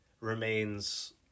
remains